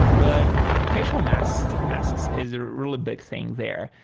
but facial masks masks is a really big thing there.